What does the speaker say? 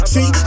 See